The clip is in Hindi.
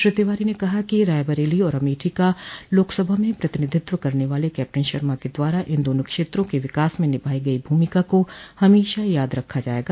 श्री तिवारी ने कहा है कि रायबरेली और अमेठी का लोकसभा में प्रतिनिधित्व करने वाले कैप्टन शर्मा के द्वारा इन दोनों क्षेत्रों के विकास में निभाई गई भूमिका को हमेशा याद रखा जायेगा